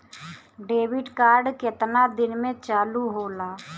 Debit card केतना दिन में चालु होला?